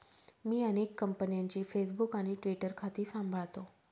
मी अनेक कंपन्यांची फेसबुक आणि ट्विटर खाती सांभाळतो